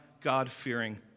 God-fearing